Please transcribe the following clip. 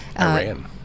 Iran